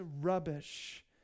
rubbish